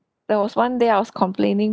there was one day I was complaining